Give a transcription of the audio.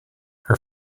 her